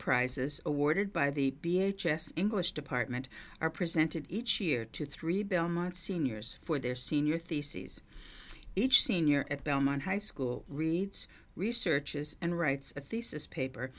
prizes awarded by the bee h s english department are presented each year to three belmont seniors for their senior theses each senior at belmont high school reads researches and writes a thesis paper